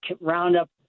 roundup